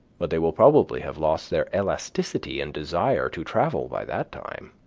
but they will probably have lost their elasticity and desire to travel by that time.